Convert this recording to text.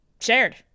shared